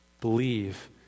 believe